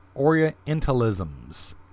orientalisms